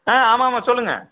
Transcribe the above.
ஆ ஆமாம் ஆமாம் சொல்லுங்கள்